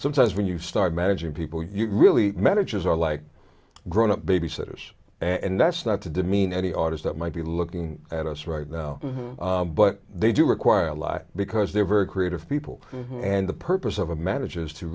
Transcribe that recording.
sometimes when you start managing people you really managers are like grown up babysitters and that's not to demean any artist that might be looking at us right now but they do require a life because they're very creative people and the purpose of a manages to